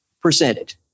presented